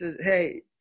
hey